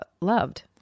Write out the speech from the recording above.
loved